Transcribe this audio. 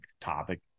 topic